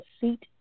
seat